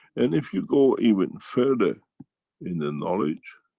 and if you go even further in the knowledge,